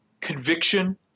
conviction